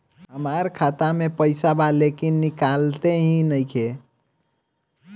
हमार खाता मे पईसा बा लेकिन निकालते ही नईखे?